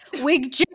Wig